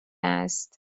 است